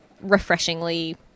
refreshingly